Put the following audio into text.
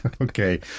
Okay